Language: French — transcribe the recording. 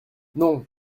non